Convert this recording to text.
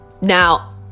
Now